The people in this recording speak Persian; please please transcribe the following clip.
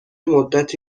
مدتی